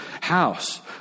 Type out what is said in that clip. house